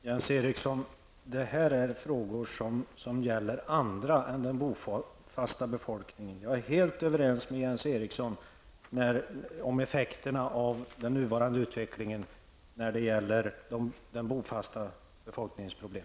Herr talman! Jens Eriksson, dessa frågor gäller andra än den bofasta befolkningen. Jag är helt överens med Jens Eriksson om att effekterna av den nuvarande utvecklingen när det gäller den bofasta befolkningens problem.